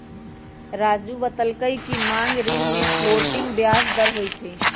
राज़ू बतलकई कि मांग ऋण में फ्लोटिंग ब्याज दर होई छई